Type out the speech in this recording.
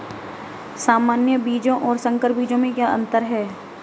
सामान्य बीजों और संकर बीजों में क्या अंतर है?